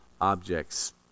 objects